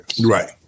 Right